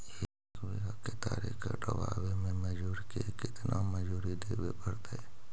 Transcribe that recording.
एक बिघा केतारी कटबाबे में मजुर के केतना मजुरि देबे पड़तै?